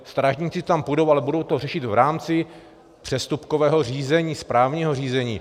Strážníci tam půjdou, ale budou to řešit v rámci přestupkového řízení, správního řízení.